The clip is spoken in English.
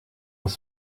was